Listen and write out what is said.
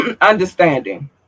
understanding